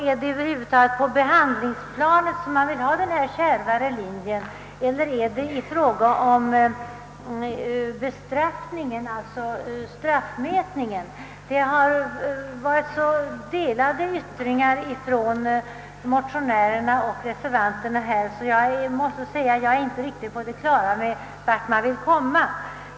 är det över huvud taget på behandlingsplanet man vill ha denna kärvare linje eller tänker man på straffmätningen? Det har kommit så olika uppgifter från reservanterna och motionärerna, att jag inte kunnat bli på det klara med vart man vill komma.